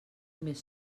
més